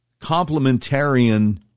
Complementarian